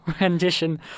rendition